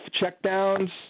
Checkdowns